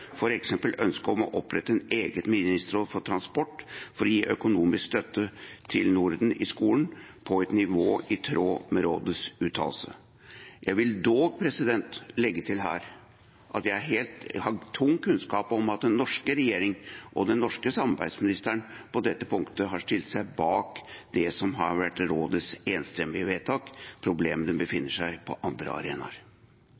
ønsket om å opprette et eget ministerråd for transport, og også ønsket om å gi økonomisk støtte til «Norden i skolen» på et nivå som er i tråd med Rådets uttalelse. Jeg vil dog legge til her at jeg har tung kunnskap om at den norske regjeringen og den norske samarbeidsministeren på dette punktet har stilt seg bak det som har vært Rådets enstemmige vedtak.